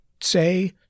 say